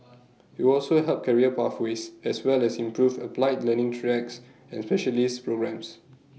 IT will also help career pathways as well as improve applied learning tracks and specialist programmes